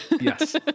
yes